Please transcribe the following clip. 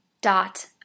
dot